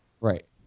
Right